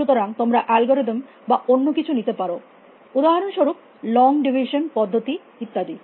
সুতরাং তোমরা অ্যালগরিদম বা অন্য কিছু নিতে পার উদাহরনস্বরুপ লং ডিভিশন পদ্ধতি ইত্যাদি